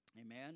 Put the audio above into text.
amen